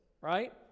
Right